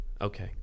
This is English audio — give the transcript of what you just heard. okay